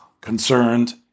concerned